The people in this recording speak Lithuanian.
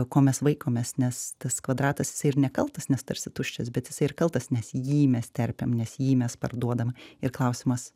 ko mes vaikomės nes tas kvadratas jisa ir nekaltas nes tarsi tuščias bet jisai ir kaltas nes į jį mes terpiam nes jį mes parduodam ir klausimas